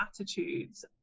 attitudes